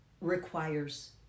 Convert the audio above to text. requires